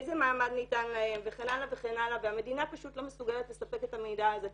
איזה מעמד ניתן להן וכן הלאה והמדינה פשוט לא מסוגלת לספק את המידע הזה.